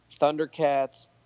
Thundercats